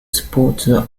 supporter